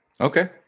Okay